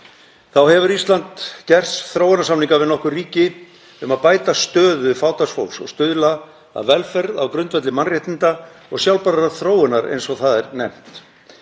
Þá hefur Ísland gert þróunarsamninga við nokkur ríki um að bæta stöðu fátæks fólks og stuðla að velferð á grundvelli mannréttinda og sjálfbærrar þróunar, eins og það er nefnt.